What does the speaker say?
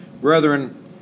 Brethren